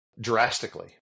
drastically